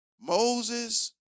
Moses